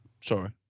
Sorry